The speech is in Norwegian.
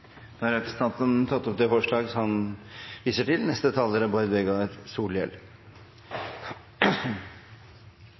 Da har representanten Bård Vegar Solhjell